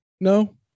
no